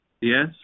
Yes